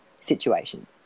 situation